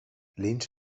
lynch